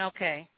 Okay